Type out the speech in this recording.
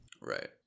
Right